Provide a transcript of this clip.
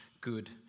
good